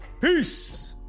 Peace